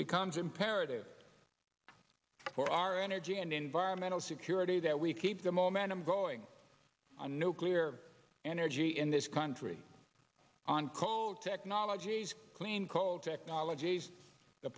becomes imperative for our energy and environmental security that we keep the momentum going on nuclear energy in this country on coal technologies clean coal technologies